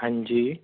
ਹਾਂਜੀ